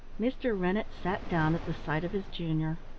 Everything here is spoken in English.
mr. rennett sat down at the sight of his junior.